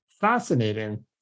fascinating